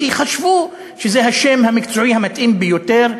כי חשבו שזה השם המקצועי המתאים ביותר,